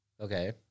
Okay